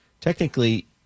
technically